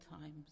times